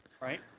Right